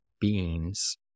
beings